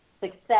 success